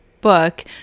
book